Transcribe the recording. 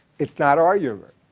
it's not our humor.